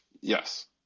Yes